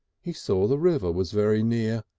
he saw the river was very near,